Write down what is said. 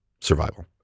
survival